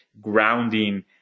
grounding